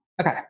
Okay